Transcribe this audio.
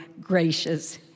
gracious